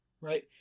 Right